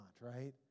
right